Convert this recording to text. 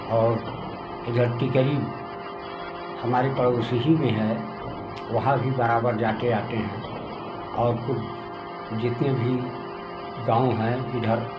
और इधर टिकरी हमारे पड़ोस ही में है वहाँ भी बराबर जाते आते हैं और कुल जितने भी गाँव हैं इधर